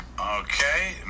Okay